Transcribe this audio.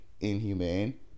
inhumane